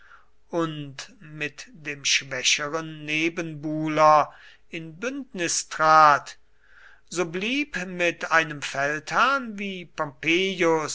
und mit dem schwächeren nebenbuhler in bündnis trat so blieb mit einem feldherrn wie pompeius